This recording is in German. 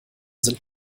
sind